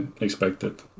expected